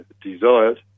desired